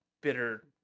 bitter